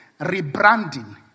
Rebranding